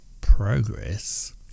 progress